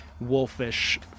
wolfish